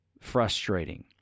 Frustrating